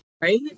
Right